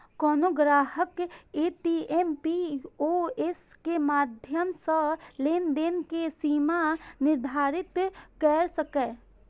कोनो ग्राहक ATM, POS के माध्यम सं लेनदेन के सीमा निर्धारित कैर सकैए